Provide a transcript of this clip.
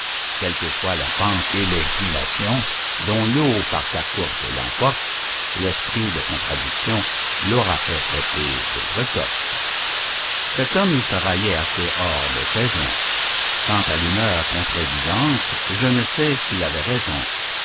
quelle que soit la pente et l'inclination dont l'eau par sa course l'emporte l'esprit de contradiction l'aura fait flotter d'autre sorte cet homme se raillait assez hors de saison quant à l'humeur contredisante je ne sais s'il avait raison